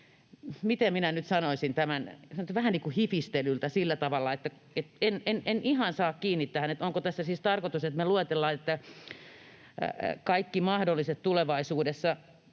miten minä nyt sanoisin tämän — vähän niin kuin hifistelyltä sillä tavalla, että en ihan saa kiinni tästä. Onko tässä siis tarkoitus, että me luetellaan kaikki mahdolliset tulevaisuudessa?